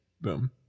Boom